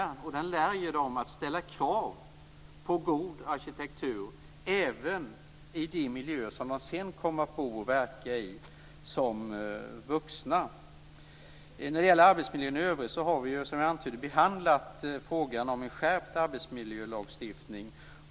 En sådan miljö lär barnen och de unga att ställa krav på en god arkitektur även i de miljöer som de senare som vuxna kommer att bo och verka i. När det gäller arbetsmiljön i övrigt har vi, som jag tidigare antytt, behandlat frågan om en skärpt arbetsmiljölagstiftning.